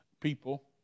people